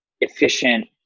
efficient